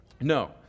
No